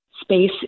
space